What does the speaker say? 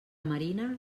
marina